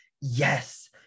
yes